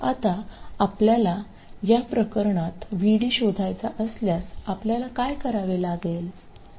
आता आपल्याला या प्रकरणात VD शोधायचा असल्यास आपल्याला काय करावे लागेल